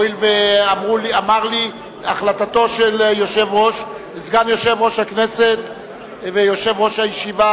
הואיל והחלטתו של סגן יושב-ראש הכנסת ויושב-ראש הישיבה,